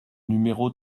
numéro